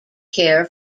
care